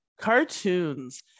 cartoons